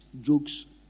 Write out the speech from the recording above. jokes